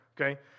okay